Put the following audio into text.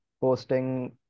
posting